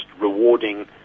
rewarding